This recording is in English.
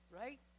right